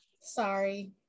Sorry